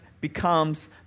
becomes